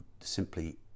simply